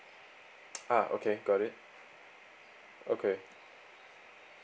ah okay got it okay